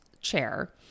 chair